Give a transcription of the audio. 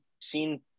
seen